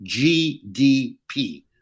gdp